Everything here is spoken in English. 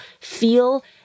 feel